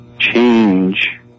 change